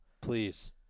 Please